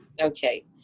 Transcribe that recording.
Okay